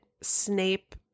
Snape